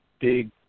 big